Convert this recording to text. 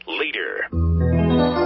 leader